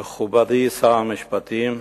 מכובדי שר המשפטים,